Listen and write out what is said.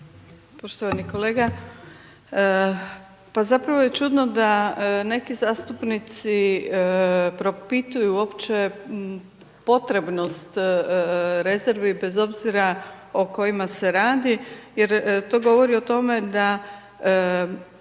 Poštovani kolega, zapravo je čudno da neki zastupnici, propituju uopće potrebnost rezervi, bez obzira o kojima se radi, jer to govori o tome, da